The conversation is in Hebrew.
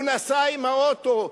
הוא נסע עם האוטו,